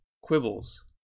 quibbles